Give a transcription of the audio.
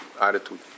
attitude